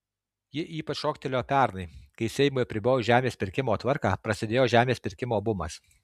ji ypač šoktelėjo pernai kai seimui apribojus žemės pirkimo tvarką prasidėjo žemės pirkimo bumas